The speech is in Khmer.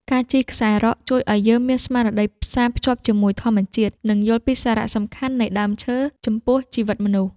ការជិះខ្សែរ៉កជួយឱ្យយើងមានស្មារតីផ្សារភ្ជាប់ជាមួយធម្មជាតិ និងយល់ពីសារៈសំខាន់នៃដើមឈើចំពោះជីវិតមនុស្ស។